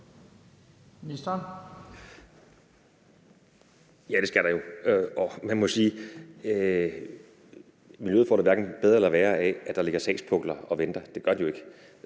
Ja, det skal der, og man må sige, at miljøet hverken får det værre eller bedre af, at der ligger sagspukler og venter – det gør det jo ikke